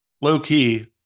low-key